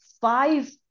five